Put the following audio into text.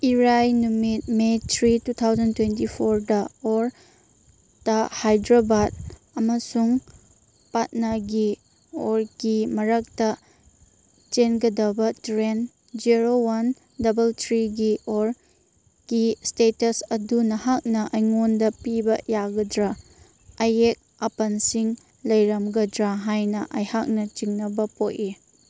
ꯏꯔꯥꯏ ꯅꯨꯃꯤꯠ May three two thousand twenty ꯐꯣꯔꯗ ꯑꯣꯔ ꯇ ꯍꯥꯏꯗ꯭ꯔꯕꯥꯠ ꯑꯃꯁꯨꯡ ꯄꯠꯅꯥꯒꯤ ꯑꯣꯔ ꯀꯤ ꯃꯔꯛꯇ ꯆꯦꯟꯒꯗꯕ ꯇ꯭ꯔꯦꯟ ꯖꯦꯔꯣ ꯋꯥꯟ ꯗꯕꯜ ꯊ꯭ꯔꯤꯒꯤ ꯑꯣꯔ ꯀꯤ ꯏꯁꯇꯦꯇꯁ ꯑꯗꯨ ꯅꯍꯥꯛꯅ ꯑꯩꯉꯣꯟꯗ ꯄꯤꯕ ꯌꯥꯒꯗ꯭ꯔꯥ ꯑꯌꯦꯛ ꯑꯄꯟꯁꯤꯡ ꯂꯩꯔꯝꯒꯗ꯭ꯔꯥ ꯍꯥꯏꯅ ꯑꯩꯍꯥꯛꯅ ꯆꯤꯡꯅꯕ ꯄꯣꯛꯏ